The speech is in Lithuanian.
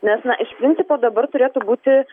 nes na iš principo dabar turėtų būti